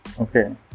Okay